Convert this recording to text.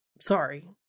sorry